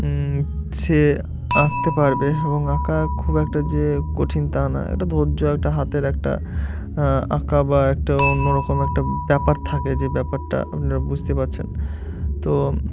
সে আঁকতে পারবে এবং আঁকা খুব একটা যে কঠিন তা না একটা ধৈর্য একটা হাতের একটা আঁকা বা একটা অন্য রকম একটা ব্যাপার থাকে যে ব্যাপারটা আপনারা বুঝতে পারছেন তো